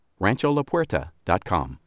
RanchoLaPuerta.com